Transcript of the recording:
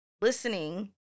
listening